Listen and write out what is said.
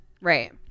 Right